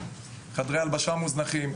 חדרי ההלבשה מוזנחים,